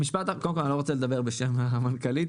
אני לא רוצה לדבר בשם המנכ"לית,